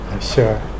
Sure